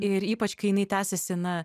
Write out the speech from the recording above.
ir ypač kai jinai tęsiasi na